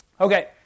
Okay